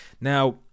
Now